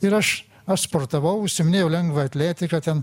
ir aš aš sportavau užsiiminėjau lengvąja atletika ten